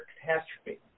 catastrophe